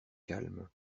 calme